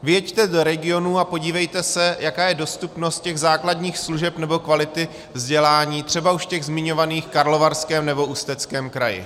Vyjeďte do regionů a podívejte se, jaká je dostupnost základních služeb nebo kvality vzdělání třeba už v těch zmiňovaných Karlovarském nebo Ústeckém kraji.